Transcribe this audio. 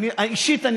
אישית,